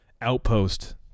outpost